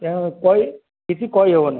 କିଛି କହି ହେବନି